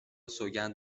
سوگند